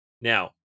Now